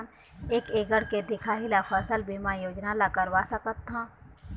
एक एकड़ के दिखाही ला फसल बीमा योजना ला करवा सकथन?